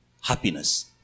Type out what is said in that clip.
Happiness